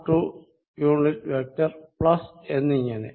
r2 unit vector എന്നിങ്ങനെ